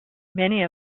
many